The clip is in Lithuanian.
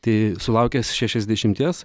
tai sulaukęs šešiasdešimties